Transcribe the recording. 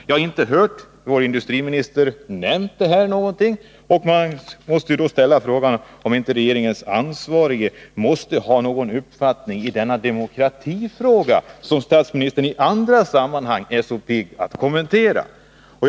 Jag har inte hört att vår industriminister har nämnt detta, och jag måste då ställa frågan, om inte regeringens ansvarige måste ha någon uppfattning i denna demokratifråga — statsministern är ju i andra sammanhang så pigg på att kommentera demokratifrågor.